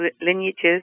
lineages